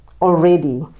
already